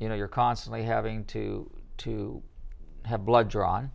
you know you're constantly having to to have blood drawn